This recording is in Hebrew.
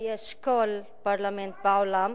שמבייש כל פרלמנט בעולם.